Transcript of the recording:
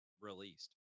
released